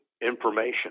information